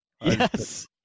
Yes